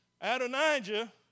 Adonijah